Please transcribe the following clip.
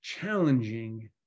challenging